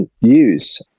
use